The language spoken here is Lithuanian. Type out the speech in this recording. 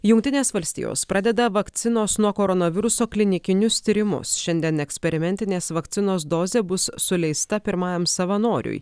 jungtinės valstijos pradeda vakcinos nuo koronaviruso klinikinius tyrimus šiandien eksperimentinės vakcinos dozė bus suleista pirmajam savanoriui